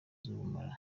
z’ubumara